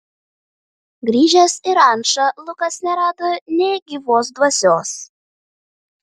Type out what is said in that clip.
grįžęs į rančą lukas nerado nė gyvos dvasios